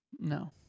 No